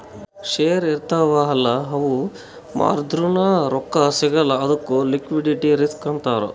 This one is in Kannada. ಶೇರ್ ಇರ್ತಾವ್ ಅಲ್ಲ ಅವು ಮಾರ್ದುರ್ನು ರೊಕ್ಕಾ ಸಿಗಲ್ಲ ಅದ್ದುಕ್ ಲಿಕ್ವಿಡಿಟಿ ರಿಸ್ಕ್ ಅಂತಾರ್